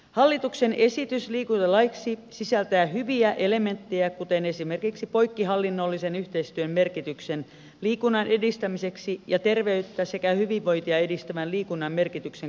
hallituksen esitys liikuntalaiksi sisältää hyviä elementtejä kuten poikkihallinnollisen yhteistyön merkityksen liikunnan edistämiseksi ja terveyttä sekä hyvinvointia edistävän liikunnan merkityksen korostamisen